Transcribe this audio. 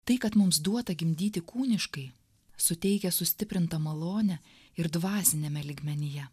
tai kad mums duota gimdyti kūniškai suteikia sustiprintą malonę ir dvasiniame lygmenyje